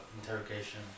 interrogation